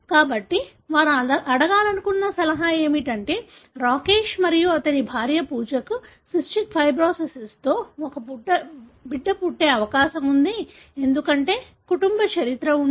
కాబట్టి వారు అడగాలనుకున్న సలహా ఏమిటంటే రాకేష్ మరియు అతని రెండవ భార్య పూజకు సిస్టిక్ ఫైబ్రోసిస్తో ఒక బిడ్డ పుట్టే అవకాశం ఉంది ఎందుకంటే కుటుంబ చరిత్ర ఉంది